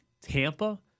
Tampa